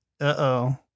Uh-oh